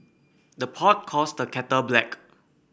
the pot calls the kettle black